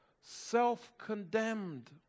Self-condemned